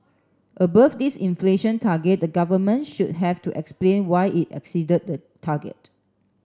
above this inflation target the government should have to explain why it exceeded the target